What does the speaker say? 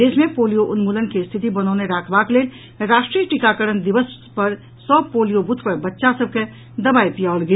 देश मे पोलिया उन्मूलन के स्थिति बनौने राखबाक लेल राष्ट्रीय टीकाकरण दिवस पर सभ पोलियो बूथ पर बच्चा सभ के दवाई पियाओल गेल